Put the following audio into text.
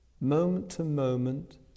moment-to-moment